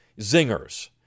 zingers